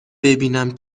ببینم